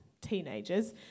teenagers